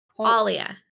Alia